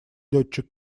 летчик